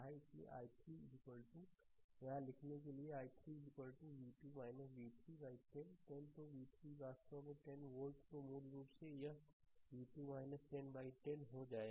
इसलिए i3 यहाँ लिखने के लिए यहाँ i3 v2 v 3 10 10 तो v 3 वास्तव में 10 वोल्ट तो मूल रूप से यह v2 10 बाइ 10 10 हो जाएगा